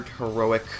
heroic